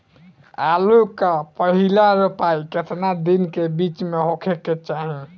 आलू क पहिला रोपाई केतना दिन के बिच में होखे के चाही?